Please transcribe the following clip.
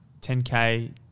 10K